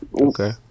okay